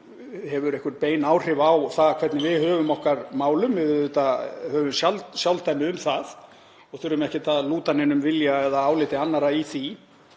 hefur einhver bein áhrif á það hvernig við högum okkar málum. Við höfum sjálfdæmi um það og þurfum ekki að lúta neinum vilja eða áliti annarra í því.